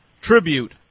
tribute